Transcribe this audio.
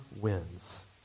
wins